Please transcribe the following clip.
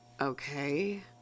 Okay